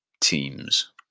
teams